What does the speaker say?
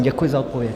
Děkuji za odpověď.